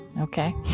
Okay